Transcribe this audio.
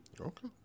Okay